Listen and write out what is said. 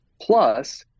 Plus